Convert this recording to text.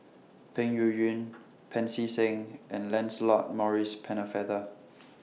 Peng Yuyun Pancy Seng and Lancelot Maurice Pennefather